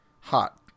Hot